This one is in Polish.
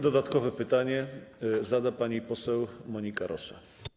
Dodatkowe pytanie zada pani poseł Monika Rosa.